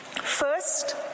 First